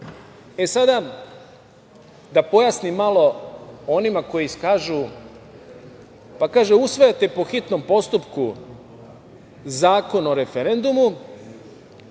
da pojasnim malo onima koji kažu – usvajate po hitnom postupku Zakon o referendumu,